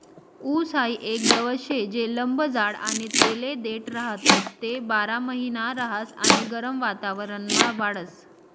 ऊस हाई एक गवत शे जे लंब जाड आणि तेले देठ राहतस, ते बारामहिना रहास आणि गरम वातावरणमा वाढस